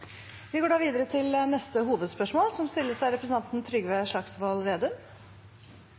Vi går videre til neste hovedspørsmål En av